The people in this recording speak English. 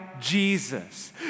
Jesus